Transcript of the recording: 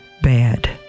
bad